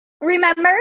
Remember